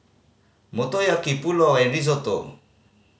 Motoyaki Pulao and Risotto